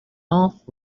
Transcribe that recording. off